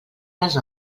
les